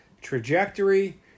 trajectory